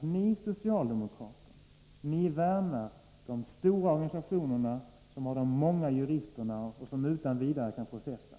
ni socialdemokrater de stora organisationerna som har de många juristerna och som utan vidare kan processa.